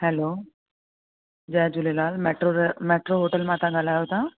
hello जय Jhulelal metro र metro hotel मां तां ॻाल्हायो तव्हां